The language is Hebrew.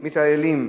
מתעללים,